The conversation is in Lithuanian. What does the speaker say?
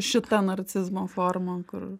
šita narcizmo forma kur